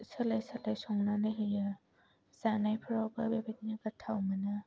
सोलाय सोलाय संनानै होयो जानायफोरावबो बेबायदिनो गोथाव मोनो